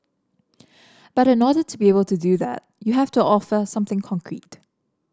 but in order to be able to do that you have to offer something concrete